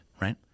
right